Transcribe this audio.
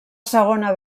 segona